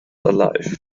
alive